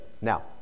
Now